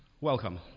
Welcome